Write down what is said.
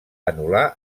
anul·lar